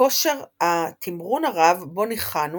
כושר התמרון הרב בו ניחנו